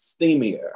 steamier